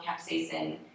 capsaicin